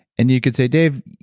and you could say, dave,